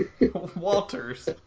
Walters